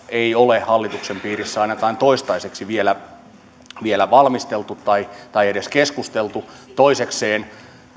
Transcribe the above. ei ole hallituksen piirissä ainakaan toistaiseksi vielä vielä valmisteltu tai siitä edes keskusteltu toisekseen